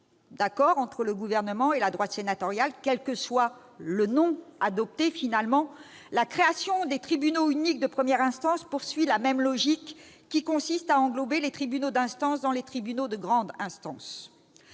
d'accord entre le Gouvernement et la droite sénatoriale, quel que soit le nom qui sera finalement retenu pour les tribunaux uniques de première instance, leur création poursuit la logique qui consiste à englober les tribunaux d'instance dans les tribunaux de grande instance.